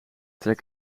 trek